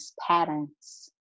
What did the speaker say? patterns